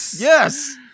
Yes